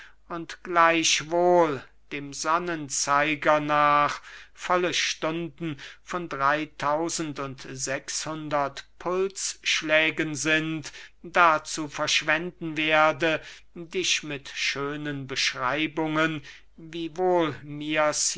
gleichwohl dem sonnenzeiger nach volle stunden von drey tausend und sechs hundert pulsschlägen sind dazu verschwenden werde dich mit schönen beschreibungen wie wohl mirs